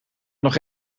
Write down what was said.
nog